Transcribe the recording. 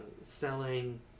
selling